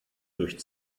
durch